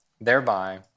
Thereby